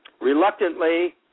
Reluctantly